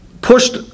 pushed